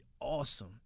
awesome